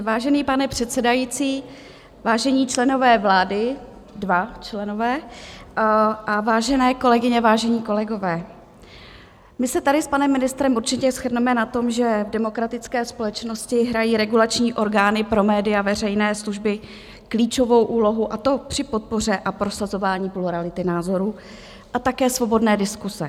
Vážený pane předsedající, vážení členové vlády dva členové a vážené kolegyně, vážení kolegové, my se tady s panem ministrem určitě shodneme na tom, že v demokratické společnosti hrají regulační orgány pro média veřejné služby klíčovou úlohu, a to při podpoře a prosazování plurality názorů a také svobodné diskuse.